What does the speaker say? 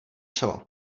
čelo